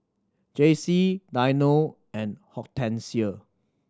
Jacey Dino and Hortensia